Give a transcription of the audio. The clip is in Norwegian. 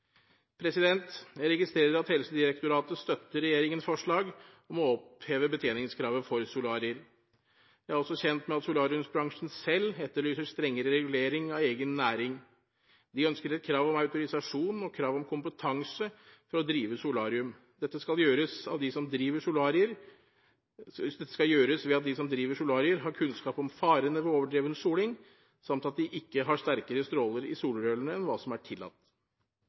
Jeg registrerer at Helsedirektoratet støtter regjeringens forslag om å oppheve betjeningskravet for solarier. Jeg er også kjent med at solariebransjen selv etterlyser strengere regulering av egen næring. De ønsker et krav om autorisasjon og krav om kompetanse for å drive solarium. Dette skal gjøres ved at de som driver solarier, har kunnskap om farene ved overdreven soling, samt at de ikke har sterkere stråler i solrørene enn hva som er tillatt.